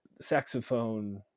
saxophone